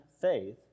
faith